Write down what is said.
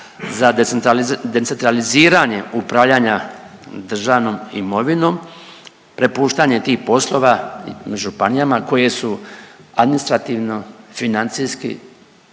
za decentraliziranje upravljanja državnom imovinom prepuštanje tih poslova županijama koje su administrativno, financijski